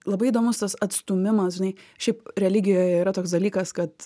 labai įdomus tas atstūmimas žinai šiaip religijoje yra toks dalykas kad